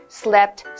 slept